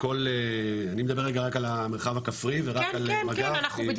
אני מדבר רגע רק על המרחב הכפרי ורק על מג"ב.